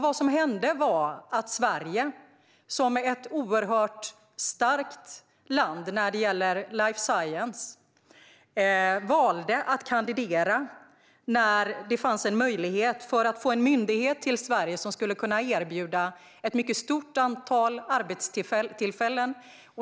Vad som hände var att Sverige, som är ett oerhört starkt land när det gäller life science, valde att kandidera när det fanns möjlighet att få en myndighet till Sverige som skulle kunna erbjuda ett mycket stort antal arbetstillfällen.